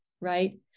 right